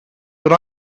but